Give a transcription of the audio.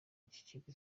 ikigo